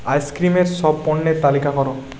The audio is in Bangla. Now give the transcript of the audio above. আইসক্রিমের সব পণ্যের তালিকা করো